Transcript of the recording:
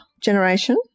Generation